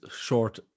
short